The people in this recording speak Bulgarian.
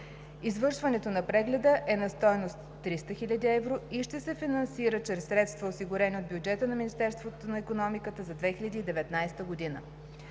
Извършването на прегледа е на стойност 300 000 евро и ще се финансира чрез средства, осигурени от бюджета на Министерството на икономиката за 2019 г.